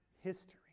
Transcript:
history